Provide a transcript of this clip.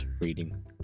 reading